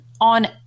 on